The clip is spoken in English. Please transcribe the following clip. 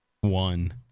one